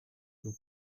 nous